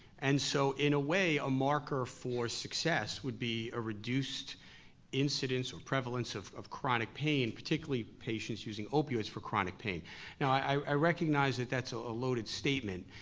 and so in a way, a marker for success would be a reduced incidence or prevalence of of chronic pain, particularly patients using opioids for chronic pain. now i recognize that that's a a loaded statement.